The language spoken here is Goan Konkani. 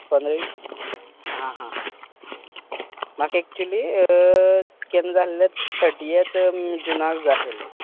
हां हां हां म्हाका एक्चली केन्ना जाय आल्हें थटियत जुनाक जाय आसलेलें